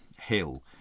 Hill